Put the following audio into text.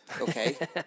okay